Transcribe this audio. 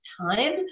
time